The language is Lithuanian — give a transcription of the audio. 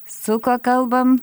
su kuo kalbam